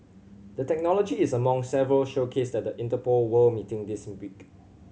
the technology is among several showcased than the Interpol World meeting week